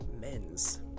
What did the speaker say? men's